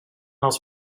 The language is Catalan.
els